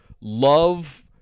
love